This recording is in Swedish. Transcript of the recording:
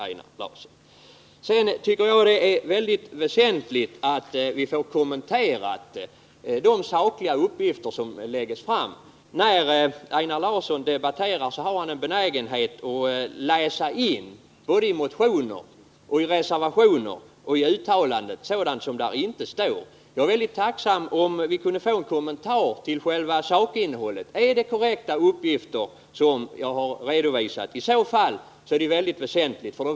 Jag tycker det är väsentligt att få de sakliga uppgifter som läggs fram kommenterade. Einar Larsson har en benägenhet att läsa in i motioner, reservationer och uttalanden sådant som där inte står. Jag vore tacksam om vi kunde få en kommentar till sakinnehållet: Är det korrekta uppgifter som jag har redovisat? Det är i så fall väsentligt.